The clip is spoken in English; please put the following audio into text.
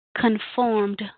conformed